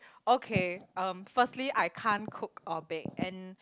okay um firstly I can't cook or bake and